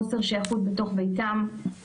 חוסר שייכות בתוך ביתם,